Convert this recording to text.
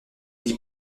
lits